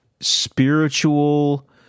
spiritual